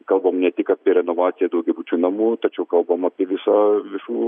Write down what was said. kalbam ne tik apie renovaciją daugiabučių namų tačiau kalbam apie visą visų